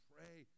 Pray